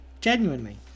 genuinely